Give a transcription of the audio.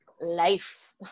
life